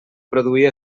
produir